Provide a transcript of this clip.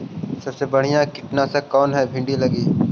सबसे बढ़िया कित्नासक कौन है भिन्डी लगी?